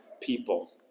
people